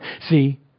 see